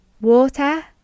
water